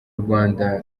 rwanda